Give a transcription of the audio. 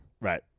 Right